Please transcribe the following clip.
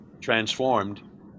transformed